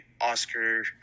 Oscar